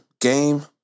Game